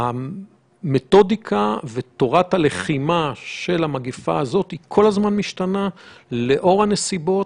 המתודיקה ותורת הלחימה של המגפה הזאת משתנה לאור הנסיבות.